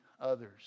others